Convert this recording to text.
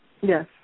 Yes